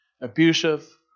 abusive